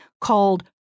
called